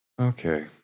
okay